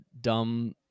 dumb